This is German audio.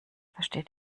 versteht